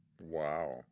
Wow